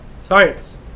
science